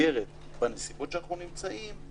המסגרת בנסיבות שאנחנו נמצאים,